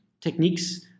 techniques